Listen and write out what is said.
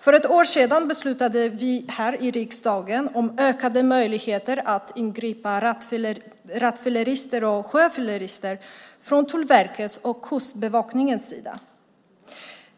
För ett år sedan beslutade vi här i riksdagen om ökade möjligheter att ingripa mot rattfyllerister och sjöfyllerister från Tullverkets och Kustbevakningens sida.